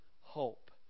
hope